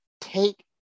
take